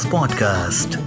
Podcast